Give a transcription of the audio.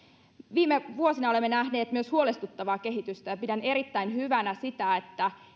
viime vuosina olemme nähneet myös huolestuttavaa kehitystä ja pidän erittäin hyvänä sitä